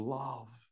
love